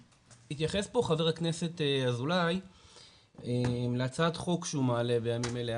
התייחס פה ח"כ אזולאי להצעת חוק שהוא מעלה בימים אלה,